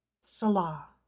Salah